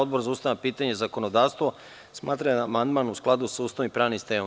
Odbor za ustavna pitanja i zakonodavstvo smatra da je amandman u skladu sa Ustavom i pravnim sistemom.